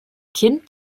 kind